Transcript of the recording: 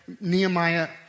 Nehemiah